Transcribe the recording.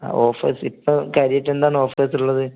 ആ ഓഫേർസ് ഇപ്പം കാര്യമായിട്ടെന്താണ് ഓഫേർസ് ഉള്ളത്